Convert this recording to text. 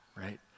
right